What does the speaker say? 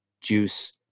Juice